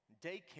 daycare